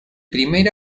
primer